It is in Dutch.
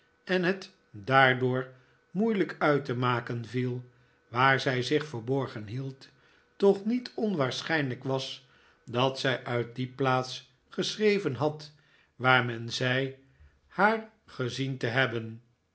en het daardoor moei lijk uit te maken viel waar zij zich verborgen hield toch niet onwaarschijnlijk was dat zij uit die plaats geschreven had waar men zei haar gezien te hebben